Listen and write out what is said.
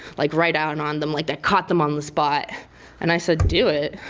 like, right down on them like i caught them on the spot and i said, do it!